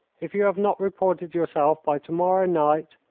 if you have not reported yourself by to-morrow night,